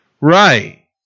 Right